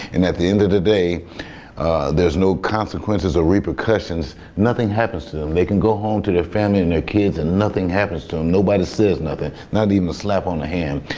and at the end of the day there's no consequences or repercussions. nothing happens to them. they can go home to their family and their kids and nothing happens to them. nobody says nothing, not even a slap on the hand.